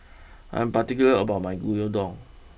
I am particular about my Gyudon